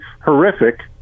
horrific